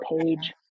page